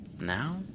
Now